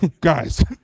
Guys